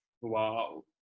Wow